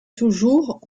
toujours